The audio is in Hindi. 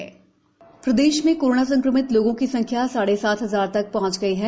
कोरोना प्रदेश प्रदेश में कोरोना संक्रमित लोगों की संख्या साढ़े सात हजार तक पहुंच गई है